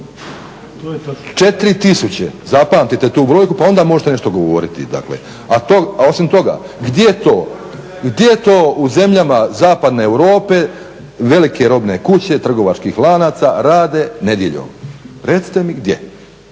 4000, zapamtite tu brojku pa onda možete nešto govoriti. A osim toga, gdje je to u zemljama zapadne Europe velike robne kuće trgovačkih lanaca rade nedjeljom? Recite mi gdje,